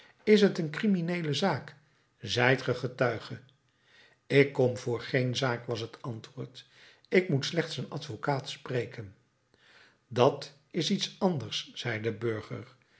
is t een crimineele zaak zijt ge getuige ik kom voor geen zaak was het antwoord ik moet slechts een advocaat spreken dat is iets anders zei de burger